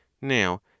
Now